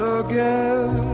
again